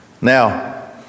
Now